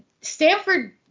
Stanford